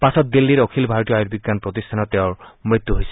পাছত দিল্লীৰ অখিল ভাৰতীয় আয়ুৰ্বিজ্ঞান প্ৰতিষ্ঠানত তেওঁৰ মৃত্যু হৈছিল